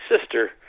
sister